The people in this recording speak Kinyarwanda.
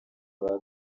aba